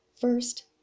first